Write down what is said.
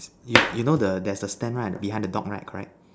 is you know there's the stand right behind the dog right correct